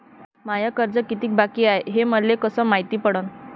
माय कर्ज कितीक बाकी हाय, हे मले कस मायती पडन?